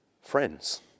friends